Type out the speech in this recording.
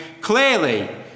clearly